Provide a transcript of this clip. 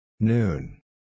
Noon